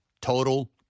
total